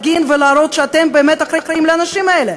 ולהראות שאתם באמת אחראים לאנשים האלה.